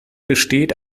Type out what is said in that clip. besteht